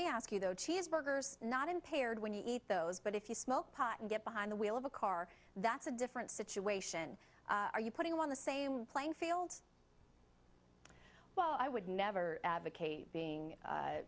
me ask you though cheeseburgers not impaired when you eat those but if you smoke pot and get behind the wheel of a car that's a different situation are you putting on the same playing field well i would never advocate being